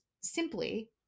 simply